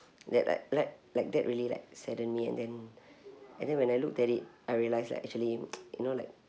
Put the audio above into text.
that like like like that really like saddened me and then and then when I looked at it I realized like actually you know like